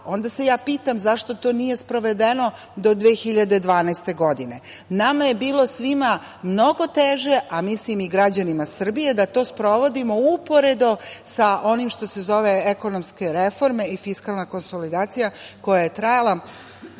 onda se ja pitam zašto to nije sprovedeno do 2012. godine? Nama je bilo svima mnogo teže, a mislim i građanima Srbije da to sprovodimo uporedo sa onim što se zove ekonomske reforme i fiskalna konsolidacija koja je trajala